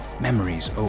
Memories